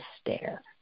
stare